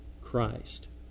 Christ